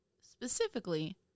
specifically